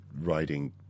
writing